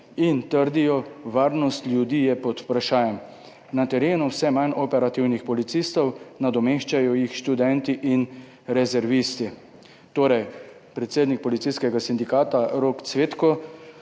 in trdijo: varnost ljudi je pod vprašajem. Na terenu vse manj operativnih policistov, nadomeščajo jih študenti in rezervisti.« Torej, predsednik policijskega sindikata Rok Cvetko